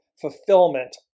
fulfillment